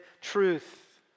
truth